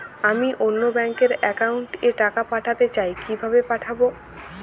আমি অন্য ব্যাংক র অ্যাকাউন্ট এ টাকা পাঠাতে চাই কিভাবে পাঠাবো?